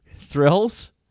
Thrills